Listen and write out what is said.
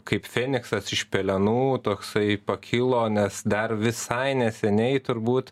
kaip feniksas iš pelenų toksai pakilo nes dar visai neseniai turbūt